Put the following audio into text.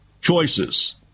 choices